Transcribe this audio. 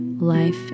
life